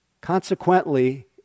Consequently